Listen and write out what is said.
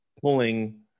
pulling